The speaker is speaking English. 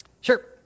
Sure